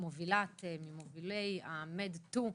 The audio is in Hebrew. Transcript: ממובילי ה-Med too,